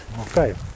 okay